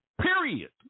period